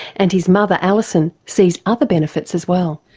and his mother alison sees other benefits as well.